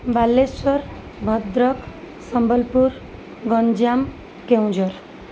Balasore Bhadrak Sambalpur Ganjam Keonjhar